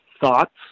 thoughts